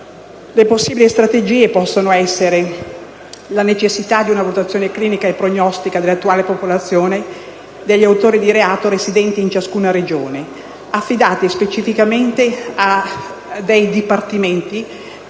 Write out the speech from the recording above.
Le possibili strategie prevedono la necessità di una valutazione clinica e prognostica dell'attuale popolazione degli autori di reato residenti in ciascuna Regione affidati specificamente a dei dipartimenti,